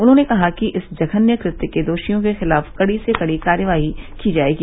उन्होंने कहा कि इस जघन्य कृत्य के दोषियों के खिलाफ कड़ी से कड़ी कार्रवाई की जायेगी